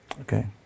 Okay